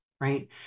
right